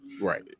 right